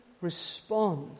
respond